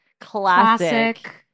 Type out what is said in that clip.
Classic